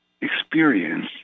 experience